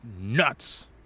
nuts